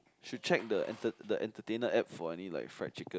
should check the enter the Entertainer app for any like fried chicken